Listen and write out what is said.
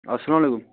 اسلام علیکُم